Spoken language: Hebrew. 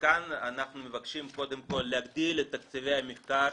כאן אנחנו מבקשים קודם כל להגדיל את תקציבי המחקר